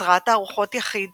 אצרה תערוכות יחיד